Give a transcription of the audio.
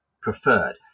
preferred